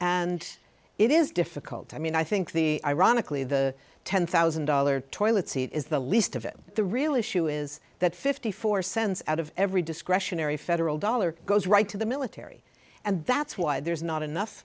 and it is difficult i mean i think the ironically the ten thousand dollars toilet seat is the least of it the real issue is that zero dollars fifty four cents out of every discretionary federal dollar goes right to the military and that's why there's not enough